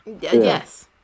Yes